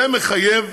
זה מחייב